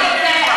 זה דעה אחרת,